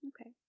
Okay